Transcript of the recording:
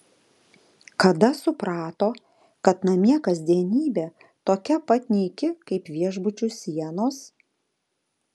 kada suprato kad namie kasdienybė tokia pat nyki kaip viešbučių sienos